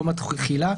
יום התחילה),